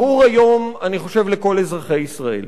ברור היום, אני חושב לכל אזרחי ישראל,